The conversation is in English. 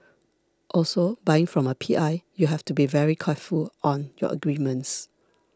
also buying from a P I you have to be very careful on your agreements